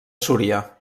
súria